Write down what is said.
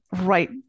right